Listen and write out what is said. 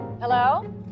hello